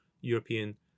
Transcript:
European